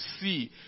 see